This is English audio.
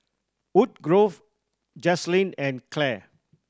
Wood Grove Jaslyn and Clair